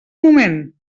moment